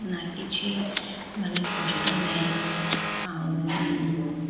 ନା କିଛି ମାନେ କଷ୍ଟ ନାହିଁ ଆଉ